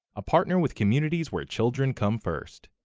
a partner with communities where children come first.